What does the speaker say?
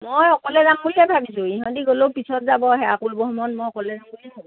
মই অকলে যাম বুলিয়েই ভাবিছোঁ ইহঁতি গ'লেও পাছত যাব সেৱা কৰিবৰ সময়ত মই অকলেই যাম বুলিয়ে ভাবিছোঁ